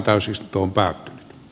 kiitos